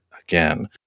again